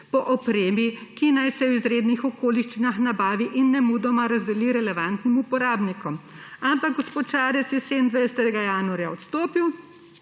po opremi, ki naj se v izrednih okoliščinah nabavi in nemudoma razdeli relevantnim uporabnikom. Ampak gospod Šarec je 27. januarja odstopil